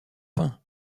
fin